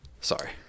Sorry